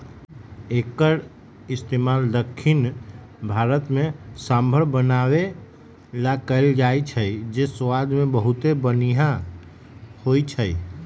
एक्कर इस्तेमाल दख्खिन भारत में सांभर बनावे ला कएल जाई छई जे स्वाद मे बहुते बनिहा होई छई